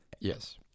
yes